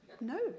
No